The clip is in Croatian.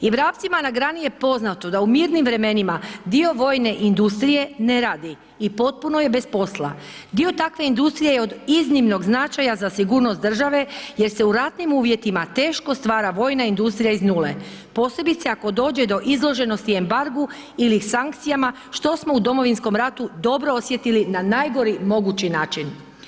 I vrapcima na grani je poznato da u mirnim vremenima dio vojne industrije ne radi i potpuno je bez posla dio takve industrije je od iznimnog značaja za sigurnost države jer se u ratnim uvjetima teško stvara vojna industrija iz 0 posebice ako dođe do izloženosti embargu ili sankcijama što smo u Domovinskom ratu dobro osjetili na najgori mogući način.